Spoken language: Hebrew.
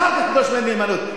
ואחר כך תדרוש ממני נאמנות.